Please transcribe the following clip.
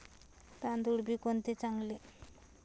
तांदूळ बी कोणते चांगले?